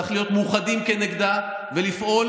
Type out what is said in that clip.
צריך להיות מאוחדים נגדה ולפעול